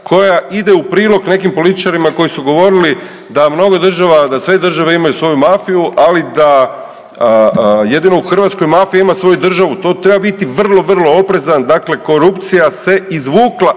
koja ide u prilog nekim političarima koji su govorili da mnogo država, da sve države imaju svoju mafiju ali da jedino u Hrvatskoj mafija ima svoju državu. Tu treba biti vrlo, vrlo oprezan, dakle korupcija se izvukla